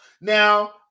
Now